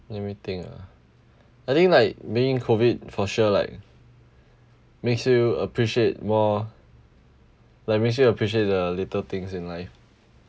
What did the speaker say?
let me think ah I think like being in COVID for sure like makes you appreciate more like makes you appreciate the little things in life